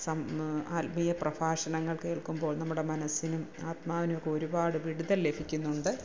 ആത്മീയ പ്രഭാഷണങ്ങൾ കേൾക്കുമ്പോൾ നമ്മുടെ മനസ്സിനും ആത്മാവിനൊക്കൊരുപാട് വിടുതൽ ലഭിക്കുന്നുണ്ട്